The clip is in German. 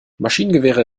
maschinengewehre